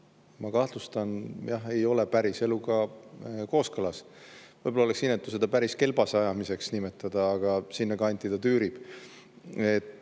ma kahtlustan, päris eluga kooskõlas. Võib-olla oleks inetu seda päris kelpa ajamiseks nimetada, aga sinna kanti ta tüürib.